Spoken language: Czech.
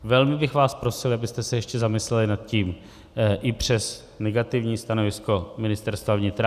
Velmi bych vás prosil, abyste se nad tím ještě zamysleli, i přes negativní stanovisko Ministerstva vnitra.